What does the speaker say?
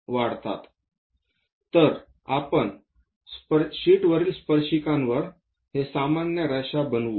तर आपण शीटवरील स्पर्शिकावर हि सामान्य रेषा बनवू